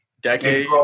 Decade